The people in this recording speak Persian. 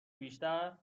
بیشتر